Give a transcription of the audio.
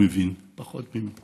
מה הוא מבין?